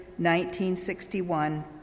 1961